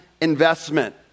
investment